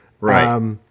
Right